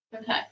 Okay